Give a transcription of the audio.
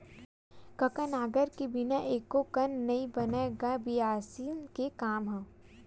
कका नांगर के बिना एको कन नइ बनय गा बियासी के काम ह?